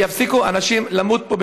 ויפסיקו אנשים למות פה,